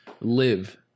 live